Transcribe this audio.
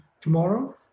tomorrow